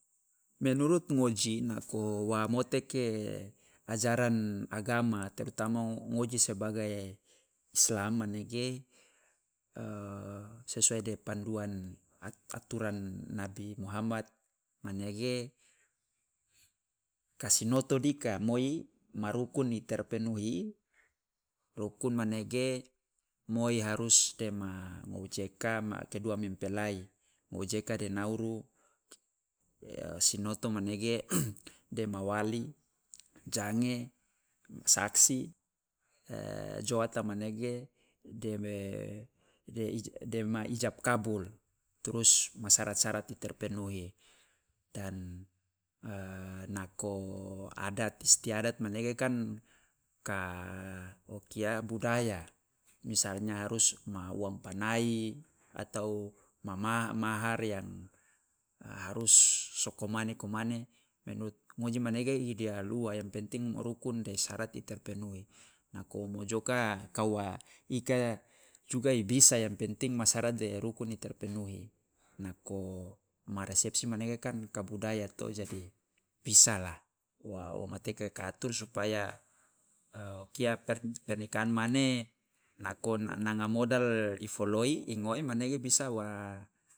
Menurut ngoji, nako wa moteke ajaran agama terutama ngoji sebagai islam. Manege sesuai de panduan aturan nabi muhammad manege, ka sinoto dika. Moi, ma rukun i terpenuhi, rukun manege moi harus dema ngojeka kedua mempelai, ngojeka de nauru. Ya sinoto manege dema wali. Jange, saksi. joata, manege dema ijab kabul, trus ma sarat sarat terpenuhi, dan nako adat istiadat manege kan doka o kia budaya, misalnya harus ma uang panai, atau ma mahar yang harus soko mane komane, menurut ngoji manege ideal ua, yang penting rukun de sarat i terpenuhi. Nako mojoka kua ika juga i bisa yang penting ma sarat de rukun i terpenuhi, nako ma resepsi manege kan ka budaya to, jadi bisalah wa o moteka ka atur supaya kia per- pernikahan mane nako nanga modal i foloi, i ngoe manege bisa wa